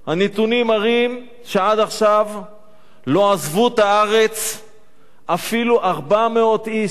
הנתונים מראים שעד עכשיו לא עזבו את הארץ אפילו 400 איש,